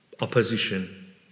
opposition